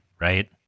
right